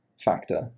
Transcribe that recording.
factor